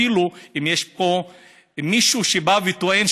אפילו אם יש מישהו שבא וטוען,